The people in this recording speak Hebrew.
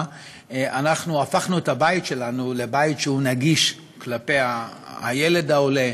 אנחנו הפכנו את הבית שלנו לבית שהוא נגיש כלפי הילד העולה,